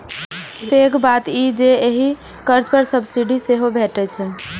पैघ बात ई जे एहि कर्ज पर सब्सिडी सेहो भैटै छै